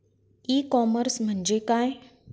E commerce म्हणजे काय?